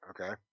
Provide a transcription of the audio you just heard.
Okay